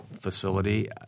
facility